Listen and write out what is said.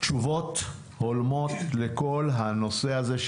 תשובות הולמות לכל הנושא הזה,